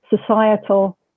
societal